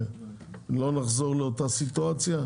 שלא נחזור לאותה סיטואציה?